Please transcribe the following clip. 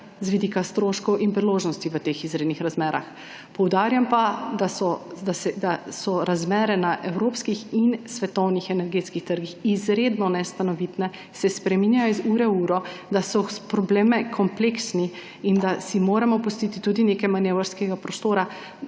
z vidika stroškov in priložnosti v teh izrednih razmerah. Poudarjam pa, da so razmere na evropskih in svetovnih energetskih trgih izredno nestanovitne, spreminjajo se iz ure v uro, da so problemi kompleksni in da si moramo pustiti tudi nekaj manevrskega prostora,